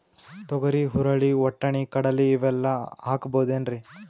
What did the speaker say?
ತೊಗರಿ, ಹುರಳಿ, ವಟ್ಟಣಿ, ಕಡಲಿ ಇವೆಲ್ಲಾ ಹಾಕಬಹುದೇನ್ರಿ?